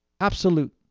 absolute